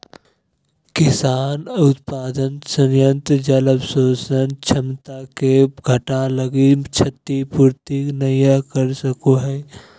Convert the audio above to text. किसान उत्पादन संयंत्र जल अवशोषण क्षमता के घटा लगी क्षतिपूर्ति नैय कर सको हइ